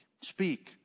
speak